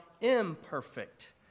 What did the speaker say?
imperfect